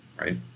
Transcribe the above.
right